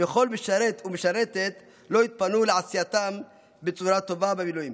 וכל משרת ומשרתת לא יתפנו לעשייתם בצורה טובה במילואים.